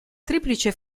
triplice